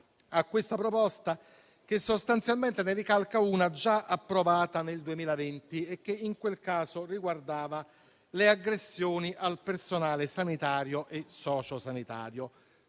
a questa proposta che sostanzialmente ne ricalca una già approvata nel 2020 e che, in quel caso, riguardava le aggressioni al personale sanitario e sociosanitario.